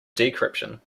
decryption